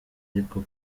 ariko